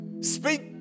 Speak